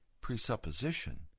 presupposition